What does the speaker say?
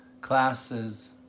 classes